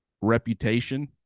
reputation